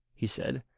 he said,